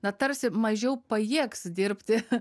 na tarsi mažiau pajėgs dirbti